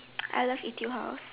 I love Etude-House